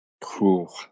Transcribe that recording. Cool